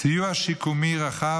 סיוע שיקומי רחב,